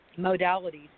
modalities